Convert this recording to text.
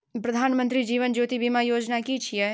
प्रधानमंत्री जीवन ज्योति बीमा योजना कि छिए?